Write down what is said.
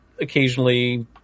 occasionally